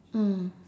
mm